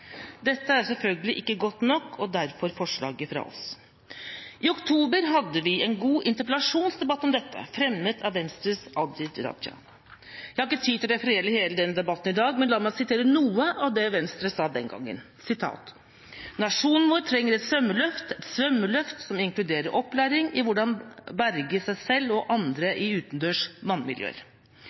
Dette er selvfølgelig ikke godt nok – og derfor forslaget fra oss. I oktober hadde vi en god interpellasjonsdebatt om dette, fremmet av Venstres Abid Q. Raja. Jeg har ikke tid til å referere hele den debatten i dag, men la meg sitere noe av det Venstre sa den gangen: «Nasjonen vår trenger et svømmeløft – et svømmeløft som inkluderer opplæring i hvordan berge seg selv og andre i utendørs